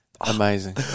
amazing